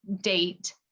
date